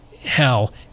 hell